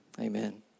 Amen